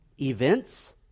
Events